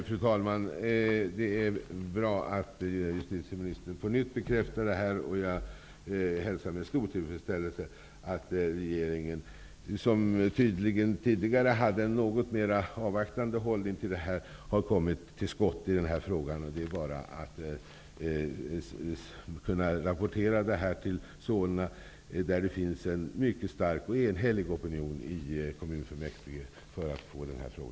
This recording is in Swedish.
Fru talman! Det är bra att justitieministern bekräftar vad hon har sagt i svaret. Jag hälsar med tillfredsställelse att regeringen, som tydligen tidigare hade en något mera avvaktande hållning i frågan, har kommit till skott. Det är bara att rapportera detta vidare till Solna kommun, där det finns en mycket stark och enhällig opinion i kommunfullmäktige för att få problemet löst.